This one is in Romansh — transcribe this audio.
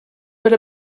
per